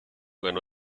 ganó